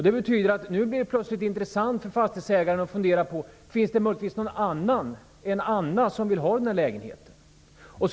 Det betyder att det nu plötsligt blir intressant för fastighetsägaren att fundera på om det möjligtvis finns någon annan än Anna som vill ha lägenheten i fråga.